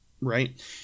right